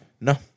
No